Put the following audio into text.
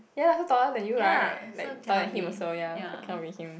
ya lah so taller than you right like taller than him also ya so cannot be him